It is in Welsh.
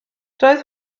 doedd